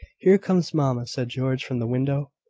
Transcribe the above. here comes mamma, said george, from the window.